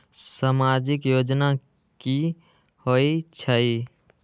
समाजिक योजना की होई छई?